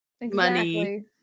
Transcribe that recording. money